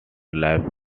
life